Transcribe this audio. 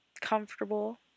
comfortable